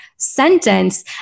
sentence